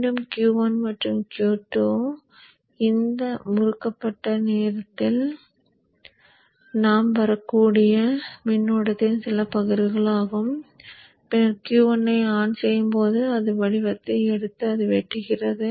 மீண்டும் Q1 மற்றும் Q2 முடக்கப்பட்ட நேரத்தில் நாம் வரக்கூடிய மின்னோட்டத்தின் சில பகிர்வுகள் இருக்கும் பின்னர் Q1ஐ ஆன் செய்யும்போது அது வடிவத்தை எடுத்து அதை வெட்டுகிறது